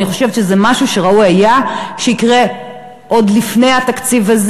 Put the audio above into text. אני חושבת שזה משהו שראוי היה שיקרה עוד לפני התקציב הזה.